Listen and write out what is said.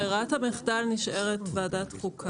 ברית המחדל נשארת ועדת חוקה.